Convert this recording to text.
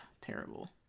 terrible